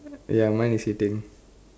ya mine is eating